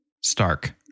Stark